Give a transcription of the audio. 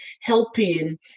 helping